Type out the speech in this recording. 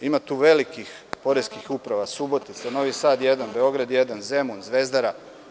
Ima tu velikih poreskih uprava, Subotica, Novi Sad jedan, Beograd jedan, Zemun, Zvezdara.